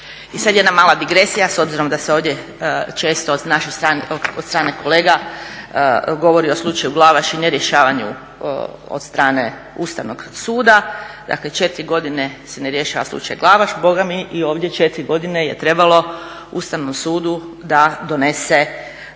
I sada jedna mala digresija s obzirom da se ovdje često, od naše strane, od strane kolega govori o slučaju Glavaš i nerješavanju od strane Ustavnog suda, dakle 4 godine se ne rješava slučaj Glavaš, bogami i ovdje 4 godine je trebalo Ustavnom sudu da donese ovu